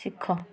ଶିଖ